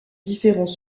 différents